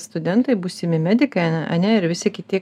studentai būsimi medikai ane ane ir visi kiti